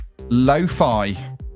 lo-fi